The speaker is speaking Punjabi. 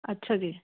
ਅੱਛਾ ਜੀ